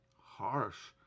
harsh